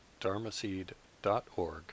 dharmaseed.org